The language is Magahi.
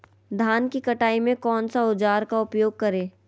धान की कटाई में कौन सा औजार का उपयोग करे?